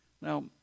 Now